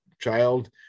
child